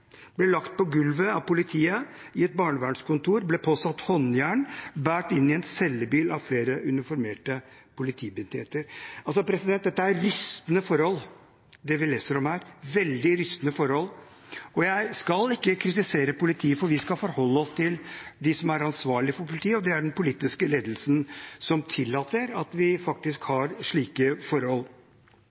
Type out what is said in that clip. ble lagt på gulvet av politiet i et barnevernskontor, ble påsatt håndjern og båret inn i en cellebil av flere uniformerte politibetjenter. Det vi leser om her, er rystende forhold – veldig rystende forhold. Jeg skal ikke kritisere politiet, for vi skal forholde oss til dem som er ansvarlige for politiet, og det er den politiske ledelsen som tillater at vi faktisk har slike forhold.